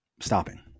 stopping